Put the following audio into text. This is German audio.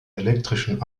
elektrischen